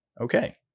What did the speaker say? Okay